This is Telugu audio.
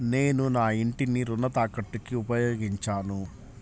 నేను నా ఇంటిని రుణ తాకట్టుకి ఉపయోగించాను